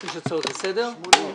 יש הצעות לסדר?